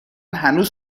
هنوز